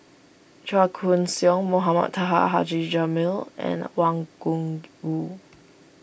Chua Koon Siong Mohamed Taha Haji Jamil and Wang Gungwu